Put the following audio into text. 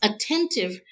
attentive